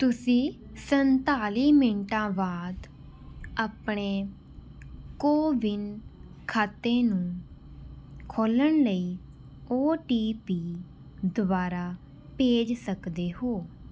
ਤੁਸੀਂ ਸੰਤਾਲੀ ਮਿੰਟਾਂ ਬਾਅਦ ਆਪਣੇ ਕੋਵਿਨ ਖਾਤੇ ਨੂੰ ਖੋਲ੍ਹਣ ਲਈ ਓ ਟੀ ਪੀ ਦੁਬਾਰਾ ਭੇਜ ਸਕਦੇ ਹੋ